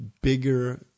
bigger